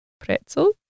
pretzel